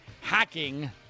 hacking